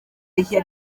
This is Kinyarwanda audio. rishya